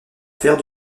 faire